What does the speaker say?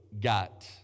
got